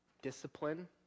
discipline